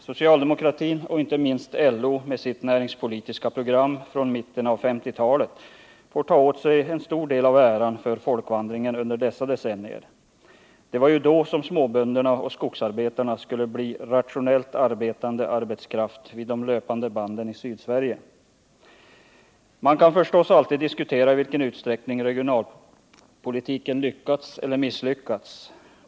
Socialdemokratin och inte minst LO med sitt näringspolitiska program från mitten av 1950-talet får ta åt sig en stor del av äran för folkvandringen under dessa decennier. Det var ju då som småbönderna och skogsarbetarna skulle bli en rationellt arbetande arbetskraft vid de löpande banden i Sydsverige. Man kan förstås alltid diskutera i vilken utsträckning regionalpolitiken lyckats eller misslyckats.